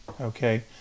okay